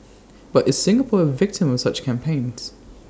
but is Singapore A victim of such campaigns